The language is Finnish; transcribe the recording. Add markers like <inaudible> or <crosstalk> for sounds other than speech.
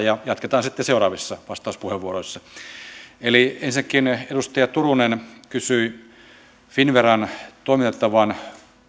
<unintelligible> ja jatketaan sitten seuraavissa vastauspuheenvuoroissa ensinnäkin edustaja turunen kysyi finnveran toimintatavan